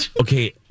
Okay